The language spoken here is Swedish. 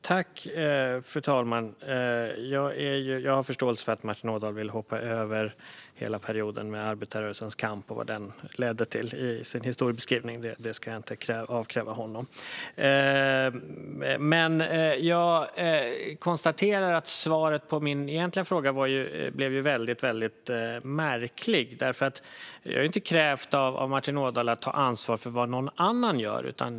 Fru talman! Jag har förståelse för att Martin Ådahl i sin historiebeskrivning vill hoppa över hela perioden med arbetarrörelsens kamp och vad den ledde till. Jag ska inte avkräva honom den. Jag konstaterar dock att svaret på min egentliga fråga blev väldigt märkligt. Jag har inte krävt av Martin Ådahl att han ska ta ansvar för vad någon annan gör.